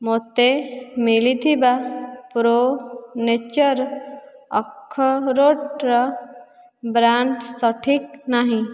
ମୋତେ ମିଳିଥିବା Pro Nature ଅଖ୍ରୋଟ୍ର ବ୍ରାଣ୍ଡ୍ ସଠିକ୍ ନାହିଁ